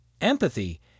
empathy